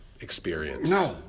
experience